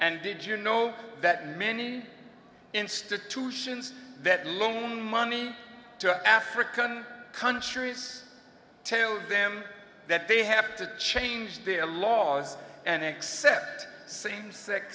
and did you know that many institutions that loan money to african countries tell them that they have to change their laws and accept same sex